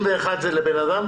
ה-61 זה לבן אדם?